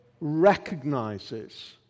recognizes